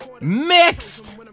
mixed